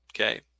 Okay